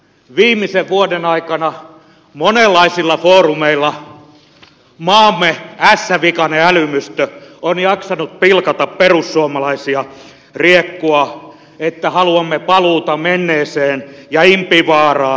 viimeisen vuoden aikana monenlaisilla foorumeilla maamme ässävikainen älymystö on jaksanut pilkata perussuomalaisia riekkua että haluamme paluuta menneeseen ja impivaaraan